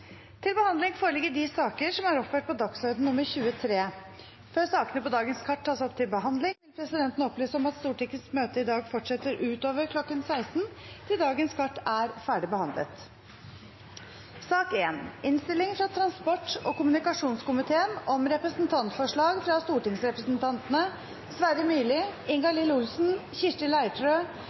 Før sakene på dagens kart tas opp til behandling, vil presidenten opplyse om at Stortingets møte i dag fortsetter utover kl. 16 til dagens kart er ferdigbehandlet. Etter ønske fra transport- og kommunikasjonskomiteen